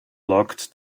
locked